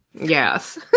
yes